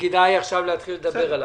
שכדאי להתחיל לדבר עליו.